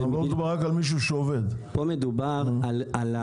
פה דווקא רציתי